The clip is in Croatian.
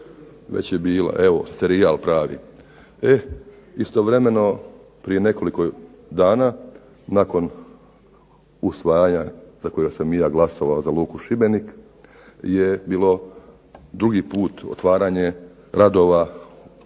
Već je bila, evo serijal pravi. E istovremeno prije nekoliko dana nakon usvajanja jer sam i ja glasovao za Luku Šibenik je bilo drugi puta otvaranje radova